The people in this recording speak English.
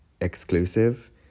exclusive